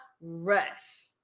rush